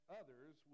others